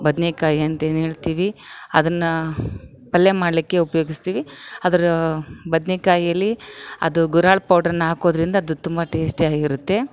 ಬದನೇಕಾಯಿ ಅಂತ ಏನು ಹೇಳ್ತಿವಿ ಅದನ್ನು ಪಲ್ಯ ಮಾಡಲಿಕ್ಕೆ ಉಪಯೋಗಿಸ್ತೀವಿ ಅದರ ಬದನೇಕಾಯಿಲಿ ಅದು ಗುರಾಳ್ ಪೌಡ್ರನ್ನಾ ಹಾಕೋದ್ರಿಂದ ಅದು ತುಂಬ ಟೇಸ್ಟಿ ಆಗಿರುತ್ತೆ